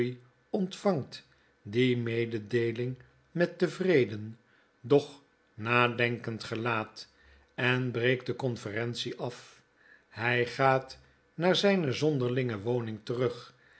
ontvangt die mededeeling met tevreden doch nadenkend gelaat en breekt de conference af hij gaat naar zpe zonderlinge woning terug